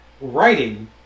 writing